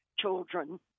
children